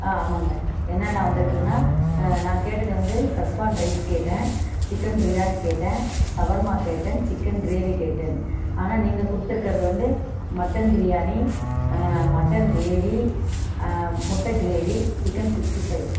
ஆ ஆமாங்க என்னென்னா வந்திருக்குன்னா நான் கேட்டது வந்து செஸ்வான் ரைஸ் கேட்டேன் சிக்கன் பிரியாணி கேட்டேன் சவர்மா கேட்டேன் சிக்கன் க்ரேவி கேட்டேன் ஆனால் நீங்கள் கொடுத்துருக்கறது வந்து மட்டன் பிரியாணி மட்டன் க்ரேவி முட்டை க்ரேவி சிக்கன் சிக்ஸ்ட்டி ஃபைவ்